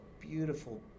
beautiful